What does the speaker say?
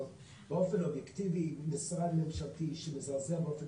אבל באופן אובייקטיבי משרד ממשלתי שיזלזל באופן